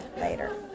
later